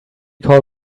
call